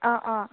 অঁ অঁ